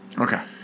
Okay